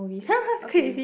okay